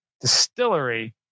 distillery